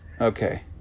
Okay